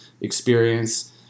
experience